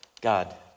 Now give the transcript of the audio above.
God